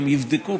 הם יבדקו,